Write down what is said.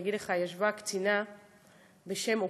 אני אגיד לך: ישבה קצינה בשם אופל,